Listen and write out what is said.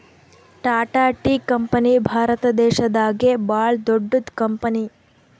Tata tea company ಭಾರತ ದೇಶದಾಗೆ ಭಾಳ್ ದೊಡ್ಡದ್ ಕಂಪನಿ